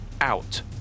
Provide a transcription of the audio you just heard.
out